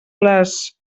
les